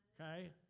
okay